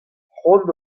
cʼhoant